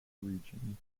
region